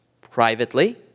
privately